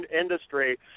industry